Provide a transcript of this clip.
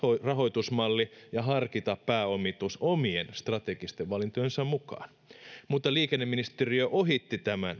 rahoitusmalli ja harkita pääomitus omien strategisten valintojensa mukaan liikenneministeriö ohitti tämän